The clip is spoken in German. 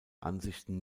ansichten